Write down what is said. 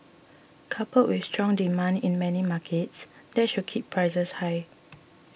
coupled with strong demand in many markets that should keep prices high